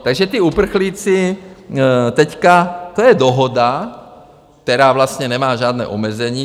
Takže ti uprchlíci teď, to je dohoda, která vlastně nemá žádné omezení.